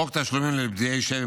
חוק תשלומים לפדויי שבי,